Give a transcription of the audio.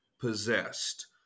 possessed